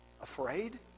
afraid